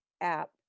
app